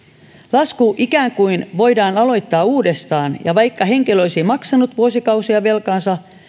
lasku voidaan ikään kuin aloittaa uudestaan vaikka henkilö olisi maksanut vuosikausia velkaansa